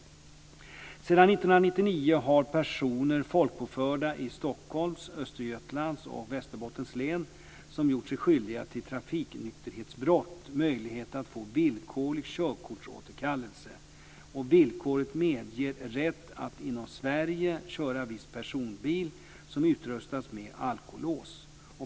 Sedan 1999 har personer folkbokförda i Stockholms, Östergötlands och Västerbottens län som gjort sig skyldiga till trafiknykterhetsbrott möjlighet att få villkorlig körkortsåterkallelse. Villkoret medger rätt att inom Sverige köra viss personbil som utrustats med alkolås.